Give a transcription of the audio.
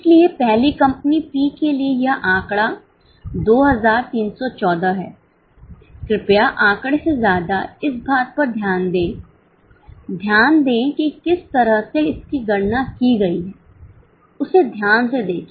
इसलिए पहली company P के लिए यह आंकड़ा 2314 है कृपया आंकड़े से ज्यादा इस बात पर ध्यान दें ध्यान दें कि किस तरह से इसकी गणना की गई है उसे ध्यान से देखें